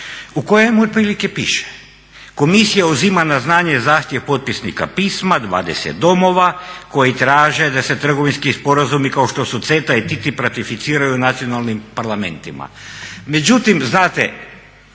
u kojem otprilike piše: "Komisija uzima na znanje zahtjev potpisnika pisma 20 domova koji traže da se trgovinski sporazumi kao što su CETA i TTIP ratificiraju u nacionalnim parlamentima. Međutim znate